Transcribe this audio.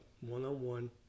one-on-one